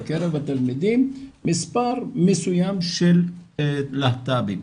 בקרב התלמידים מספר מסוים של להט"בים,